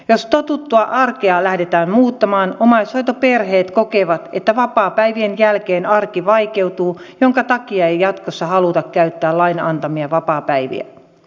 jos totuttua arkea lähdetään muuttamaan omaishoitoperheet kokevat että vapaapäivien jälkeen arki vaikeutuu jonka takia ei jatkossa haluta käyttää lain antamia vapaapäiviä